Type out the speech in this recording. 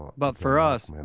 but for us,